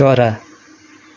चरा